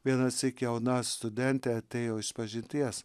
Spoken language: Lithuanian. vienąsyk jauna studentė atėjo išpažinties